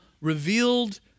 revealed